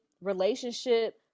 relationship